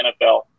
NFL